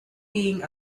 being